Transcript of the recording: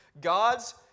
God's